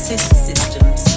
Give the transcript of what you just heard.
systems